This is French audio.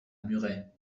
muret